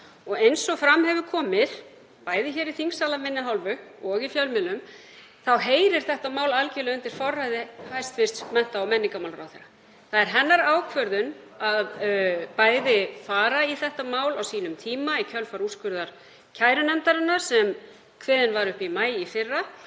Og eins og fram hefur komið, bæði í þingsal af minni hálfu og í fjölmiðlum, þá heyrir þetta mál algerlega undir forræði hæstv. mennta- og menningarmálaráðherra. Það er hennar ákvörðun, bæði að fara í þetta mál á sínum tíma í kjölfar úrskurðar kærunefndarinnar sem kveðinn var upp í maí í fyrra,